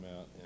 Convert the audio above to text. out